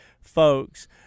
folks